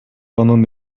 анын